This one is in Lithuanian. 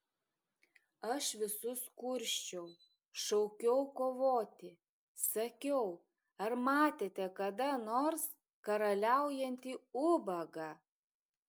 aš visus kursčiau šaukiau kovoti sakiau ar matėte kada nors karaliaujantį ubagą